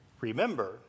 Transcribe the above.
Remember